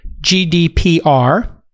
GDPR